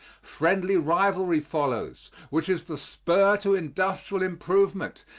friendly rivalry follows, which is the spur to industrial improvement,